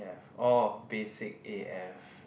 oh basic a_f